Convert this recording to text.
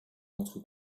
entre